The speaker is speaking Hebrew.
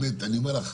אני אומר לך,